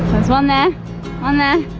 one there one there